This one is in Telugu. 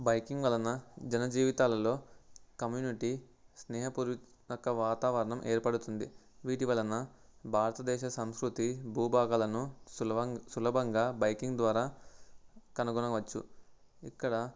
బైకింగ్ వలన జన జీవితాలలో కమ్యూనిటీ స్నేహపూర్వక వాతావరణం ఏర్పడుతుంది వీటి వలన భారతదేశ సంస్కృతి భూభాగాలను సులవం సులభంగా బైకింగ్ ద్వారా కనుగొనవచ్చు ఇక్కడ